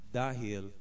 dahil